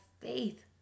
faith